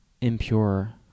impure